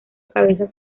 cabezas